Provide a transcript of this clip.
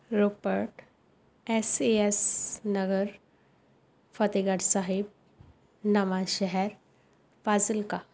Ropar S A S Nagar Fatehgarh Sahib Nawanshahr Fazilka